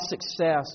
success